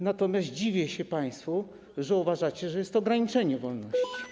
Natomiast dziwię się państwu, że uważacie, że jest to ograniczenie wolności.